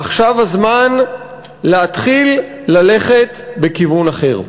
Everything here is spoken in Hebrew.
עכשיו הזמן להתחיל ללכת בכיוון אחר.